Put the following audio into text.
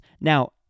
Now